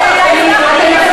קדימה.